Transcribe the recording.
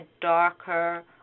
darker